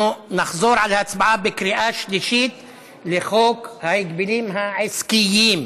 אנחנו נחזור על ההצבעה בקריאה שלישית על חוק ההגבלים העסקיים.